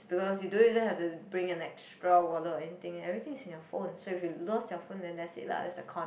because you don't even have to bring an extra wallet or anything everything is in your phone so if you lost your phone then that's it lah that's the con